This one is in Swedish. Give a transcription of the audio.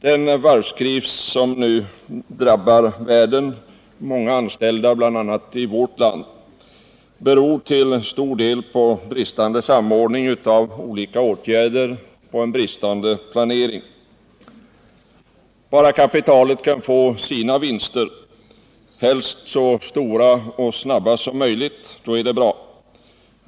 Den varvskris som nu drabbar världen och många anställda, bl.a. i vårt land, beror till stor del på bristande samordning av olika åtgärder och bristande planering. Bara kapitalet kan få sina vinster — helst så stora och så snabba som möjligt — då är det bra.